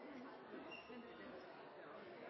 jeg er